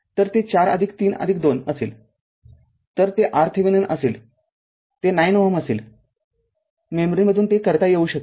तर ते ४३२ असेल तर ते RThevenin असेल ते ९ Ω असेल मेमरीमधून ते करता येऊ शकते